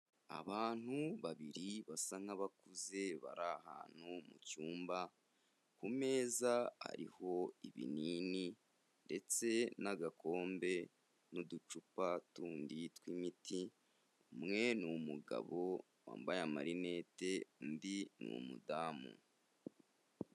Abantu babiri basa nk'abakuze bari ahantu mu cyumba, ku meza hariho ibinini ndetse n'agakombe n'uducupa tundi tw'imiti, umwe ni umugabo wambaye amarinete, undi ni umudamu.